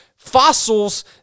fossils